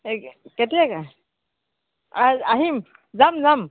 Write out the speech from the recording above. এই কেতিয়াকৈ আ আহিম যাম যাম